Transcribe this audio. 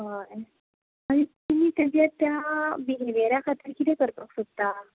हय आनी तुमी तेचे त्या बिहेवियराक खातीर कितें करपाक सोदतात